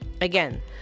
again